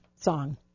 song